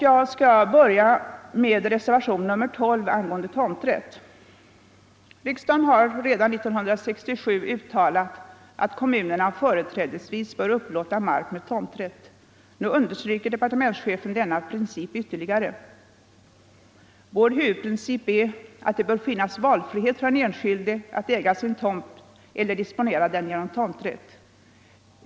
Jag vill börja med reservationen 12 angående tomträtt. Riksdagen har redan 1967 uttalat att kommunerna företrädesvis bör upplåta mark med tomträtt. Nu understryker departementschefen denna princip ytterligare. Vår huvudprincip är att det bör finnas valfrihet för den enskilde att äga sin tomt eller disponera den genom tomträtt.